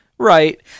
Right